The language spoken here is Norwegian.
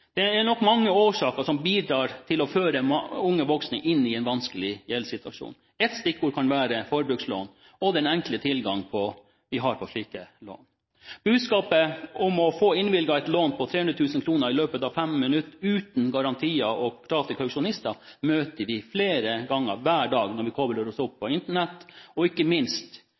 Det er nok mange årsaker som bidrar til å føre unge voksne inn i en vanskelig gjeldssituasjon. Ett stikkord kan være forbrukslån og den enkle tilgangen vi har på slike lån. Budskapet om å få innvilget et lån på 300 000 kr i løpet av fem minutter, uten garantier og krav til kausjonister, møter vi flere ganger hver dag når vi kobler oss opp på Internett. Ikke minst